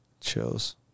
Chills